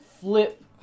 flip